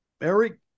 eric